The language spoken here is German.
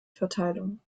verteilung